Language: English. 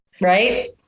right